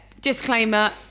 Disclaimer